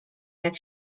jak